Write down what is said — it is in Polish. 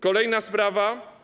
Kolejna sprawa.